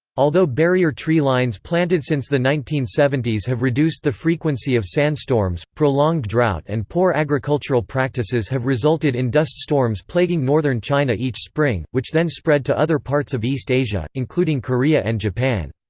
although barrier tree lines planted since the nineteen seventy s have reduced the frequency of sandstorms, prolonged drought and poor agricultural practices have resulted in dust storms plaguing northern china each spring, which then spread to other parts of east asia, including korea and japan.